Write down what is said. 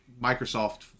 Microsoft